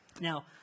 Now